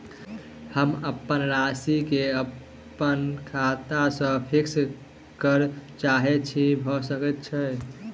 हम अप्पन राशि केँ अप्पन खाता सँ फिक्स करऽ चाहै छी भऽ सकै छै?